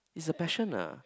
is a passion lah